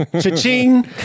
Cha-ching